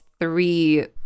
three